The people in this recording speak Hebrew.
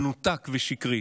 מנותק ושקרי.